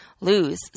lose